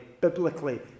biblically